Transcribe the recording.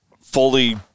Fully